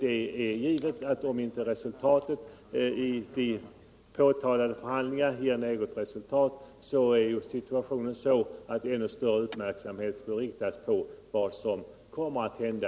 Det är givet att om inte förhandlingarna ger resultat så måste ännu större uppmärksamhet riktas på vad som då kommer att hända.